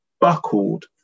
buckled